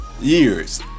years